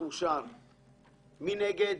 מי נגד?